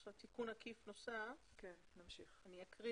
תיקון עקיף נוסף, אני אקריא